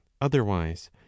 otherwise